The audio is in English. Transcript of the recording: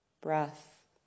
breath